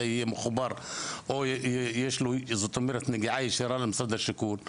יהיה מחובר או יש לו נגיעה ישירה למשרד השיכון.